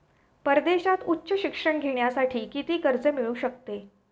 परदेशात उच्च शिक्षण घेण्यासाठी किती कर्ज मिळू शकते?